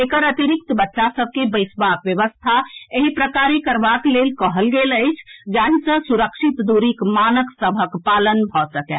एकर अतिरिक्त बच्चा सभ के बैसबाक व्यवस्था एहि प्रकारे करबाक लेल कहल गेल अछि जाहि सँ सुरक्षित दूरीक मानक सभक पालन भऽ सकए